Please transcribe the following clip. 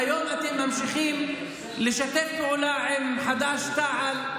והיום אתם ממשיכים לשתף פעולה עם חד"ש-תע"ל.